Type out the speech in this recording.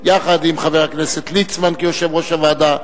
יחד עם חבר הכנסת ליצמן כיושב-ראש הוועדה,